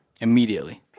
Immediately